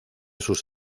sus